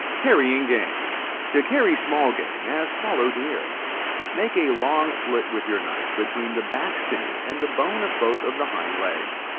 carrying game to carry small game, as fallow deer make a long slit with your knife between the back sinew and the bone of both of the hind-legs.